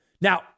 Now